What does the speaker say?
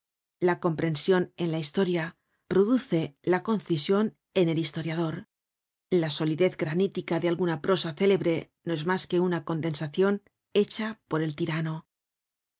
la compresion en la historia produce la concision en el historiador la solidez granítica de alguna prosa célebre no es mas que una condensacion hecha por el tirano